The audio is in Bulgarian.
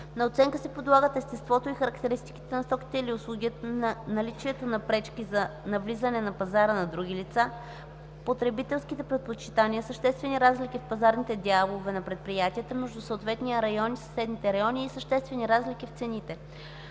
На оценка се подлагат естеството и характеристиките на стоките или услугите, наличието на пречки за навлизане на пазара на други лица, потребителските предпочитания, съществени разлики в пазарните дялове на предприятията между съответния район и съседните райони и съществени разлики в цените.”